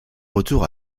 retour